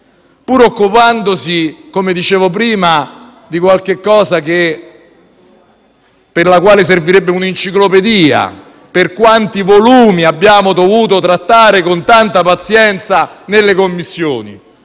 pur occupandosi, come dicevo prima, di qualcosa per cui servirebbe un'enciclopedia per quanti volumi abbiamo dovuto trattare con tanta pazienza nelle Commissioni.